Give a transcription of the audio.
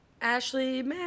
Ashley